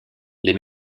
les